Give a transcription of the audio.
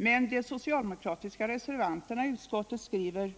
Men de socialdemokratiska reservanterna i utskottet skriver